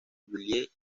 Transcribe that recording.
julie